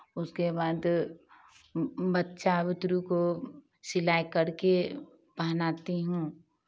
उसके बाद बच्चा बुतरू को सिलाई करके पहनाती हूँ